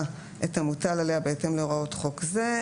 את המוטל עליה בהתאם להוראות חוק זה,